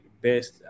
best